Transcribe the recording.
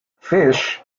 fish